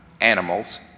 animals